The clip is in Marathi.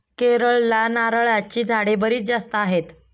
केरळला नारळाची झाडे बरीच जास्त आहेत